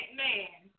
man